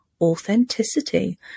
authenticity